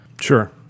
Sure